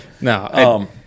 No